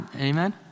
Amen